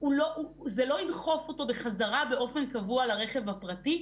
זה לא ידחוף אותו בחזרה באופן קבוע לרכב הפרטי,